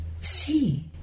see